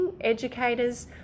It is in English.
educators